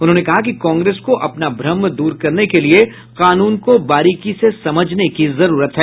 उन्होंने कहा कि कांग्रेस को अपना भ्रम दूर करने के लिए कानून को बारीकी से समझने की जरूरत है